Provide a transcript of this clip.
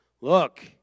look